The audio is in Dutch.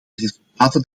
resultaten